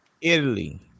Italy